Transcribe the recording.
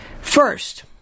First